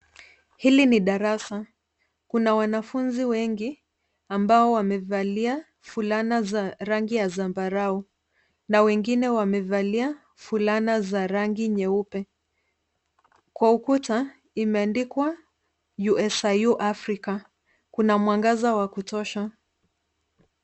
Hili ni darasa, kuna wanafunzi wengi ,ambao wamevalia fulana za rangi ya zambarau.na wengine wamevalia fulana za rangi nyeupe. Kwa ukuta imeandikwa USIU AFRICA .Kuna mwangaza wa kutosha .